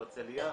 בהרצליה,